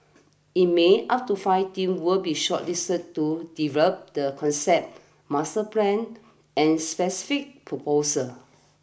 in May up to five team will be shortlisted to develop the concept master plan and specific proposals